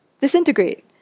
disintegrate